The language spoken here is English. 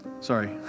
sorry